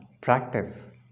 practice